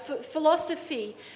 philosophy